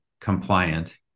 compliant